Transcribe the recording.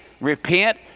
repent